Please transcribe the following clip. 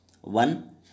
One